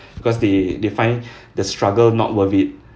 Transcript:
because they they find the struggle not worth it